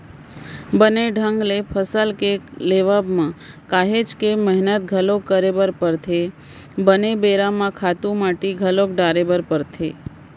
बने ढंग ले फसल के लेवब म काहेच के मेहनत घलोक करे बर परथे, बने बेरा म खातू माटी घलोक डाले बर परथे